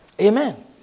Amen